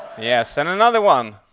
yes, and another one?